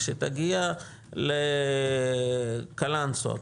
כשתגיע לקלנסווה,